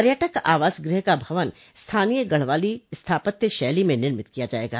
पर्यटक आवास गृह का भवन स्थानीय गढ़वाली स्थापत्य शैली में निर्मित किया जाएगा